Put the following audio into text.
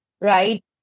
right